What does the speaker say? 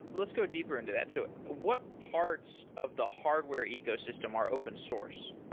let's go deeper into that. so what parts of the hardware ecosystem are open source?